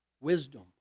Wisdom